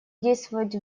действовать